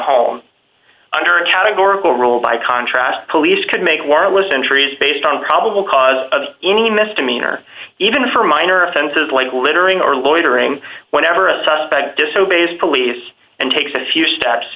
home under a categorical rule by contrast police could make wireless entries based on probable cause of any missed a minor even for minor offenses like littering or loitering whenever a suspect disobeyed police and takes a few steps